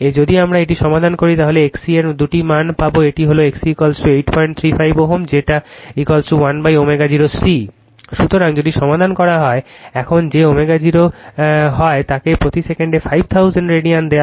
যদি আমরা এটি সমাধান করি তাহলে XC এর দুটি মান পাব একটি হল তাই XC835 Ω যে1ω0 C সুতরাং যদি সমাধান করা হয় এখন যে ω0 কে কল করা হয় তাকে প্রতি সেকেন্ডে 5000 রেডিয়ান দেওয়া হয়